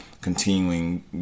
continuing